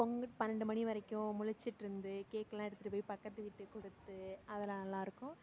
பன்னெண்டு மணி வரைக்கும் முழிச்சுட்டு இருந்து கேக்கெல்லாம் எடுத்துகிட்டு போய் பக்கத்து வீட்டுக்கு கொடுத்து அதலாம் நல்லாயிருக்கும்